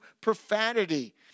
profanity